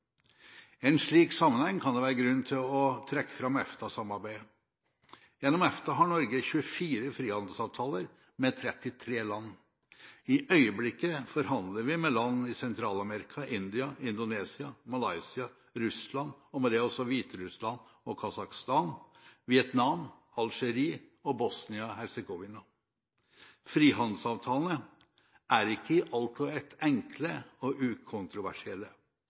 I en slik sammenheng kan det være grunn til å trekke fram EFTA-samarbeidet. Gjennom EFTA har Norge 24 frihandelsavtaler med 33 land. I øyeblikket forhandler vi med land i Sentral-Amerika, India, Indonesia, Malaysia, Russland, og med det også Hviterussland og Kasakhstan, Vietnam, Algerie og Bosnia-Hercegovina. Frihandelsavtaler er ikke i ett og alt enkle og ukontroversielle.